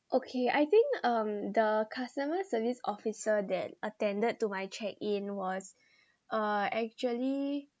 okay I think um the customer service officer that attended to my check in was uh actually